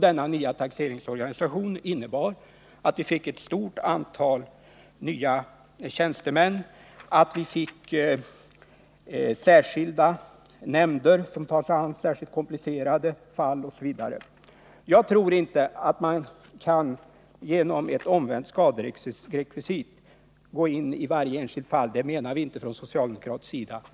Denna nya organisation innebar att vi fick ett stort antal nya tjänstemän, att vi fick särskilda nämnder som tar sig an särskilt komplicerade fall osv. Jag tror inte att man genom ett omvänt skaderekvisit kan gå in i varje enskilt fall, och det menar vi inte heller från socialdemokratisk sida.